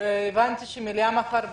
הישיבה ננעלה בשעה